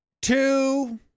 Two